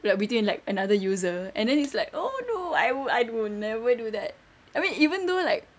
like between like another user and then it's like oh no I would I will never do that I mean even though like